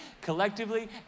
collectively